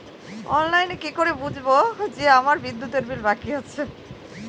অনলাইনে কি করে বুঝবো যে আমার বিদ্যুতের বিল বাকি আছে?